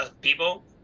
people